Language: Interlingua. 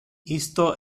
isto